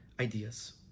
ideas